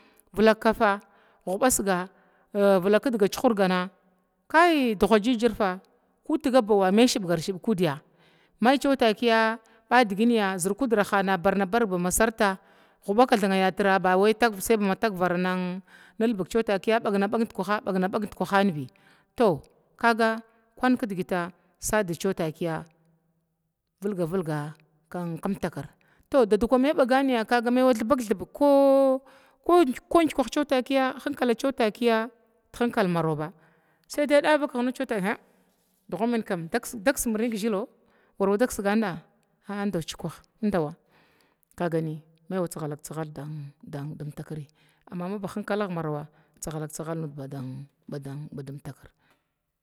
Vilak kafa hubasga a vilk kidga cuurgana kai duga gigirafa, tigaba mai shibgar shibg kudya mai cewa takiya ba diginya zər kudrahana barna barga ma sarta gwuba kathanga yatira bawai tagvar ta nilbi cewa takiya bagne baga dukuha bi, to kaga kun kidgita sadiga cewa takiya viga vilga sa kimtakir to dadku mai baganyə kaga mai wa thibkhbgi ko gikwahi cewa takiya mihinkaha cewa takiya di hinkal mara ba sadai dava kignuda kih hing duga min kam da kis mirnin ki zhila war wa kiskagana a'a indan da kwuh a indawa indawa mai wa tsaga lak tsagal dim takiri, amma maba hinkalag marawa tsagalak tsagal nuda badim badim badim takira